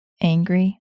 angry